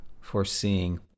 foreseeing